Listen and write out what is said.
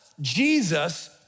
Jesus